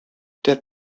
der